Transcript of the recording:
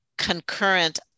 concurrent